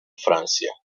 francia